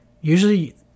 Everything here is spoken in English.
usually